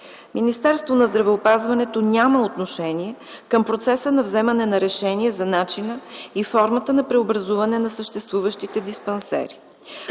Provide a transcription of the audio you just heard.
Министерството на здравеопазването няма отношение към процеса на вземане на решение за начина и формата на преобразуване на съществуващите диспансери.